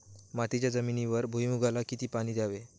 मातीच्या जमिनीवर भुईमूगाला किती पाणी द्यावे?